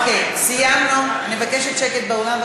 אוקיי, סיימנו, אני מבקשת שקט באולם.